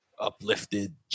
uplifted